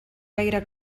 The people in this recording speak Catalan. gaire